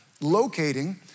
locating